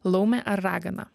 laumė ar ragana